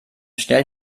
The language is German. schnell